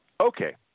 Okay